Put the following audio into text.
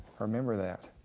remember that.